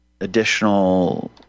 additional